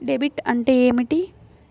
Debit అంటే ఏమిటి?